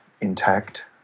Intact